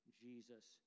Jesus